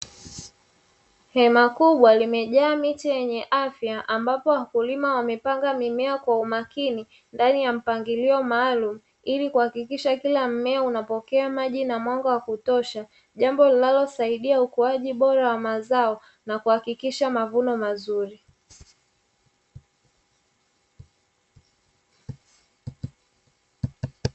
Hema kubwa limejaa miche wenye afya ambapo wakulima wamepanga mimea kwa umakini ndani ya mpangilio maalum ili kuhakikisha kila mmea unapokea maji na mwanga wa kutosha. Jambo linalosaidia ukuaji bora wa mazao na kuhakikisha mavuno mazuri.